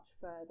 further